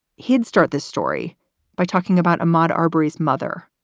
he'd start this story by talking about a marbury's mother,